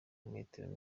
metero